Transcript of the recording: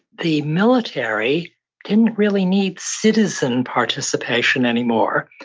the military didn't really need citizen participation anymore.